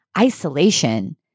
isolation